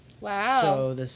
Wow